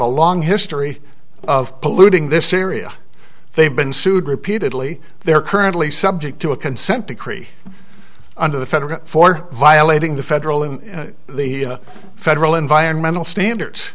a long history of polluting this syria they've been sued repeatedly they are currently subject to a consent decree under the federal for violating the federal and the federal environmental standards